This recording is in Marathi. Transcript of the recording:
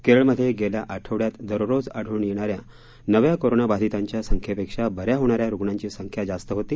केरळमध्ये गेल्या आठवड्यात दररोज आढळून येणाऱ्या नव्या कोरोना बाधितांच्या संख्येपेक्षा बऱ्या होणाऱ्या रुग्णांची संख्या जास्त होती